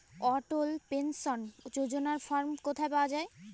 অটল pension যোজনার form কোথায় পাওয়া যাবে?